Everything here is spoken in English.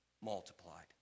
multiplied